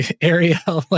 area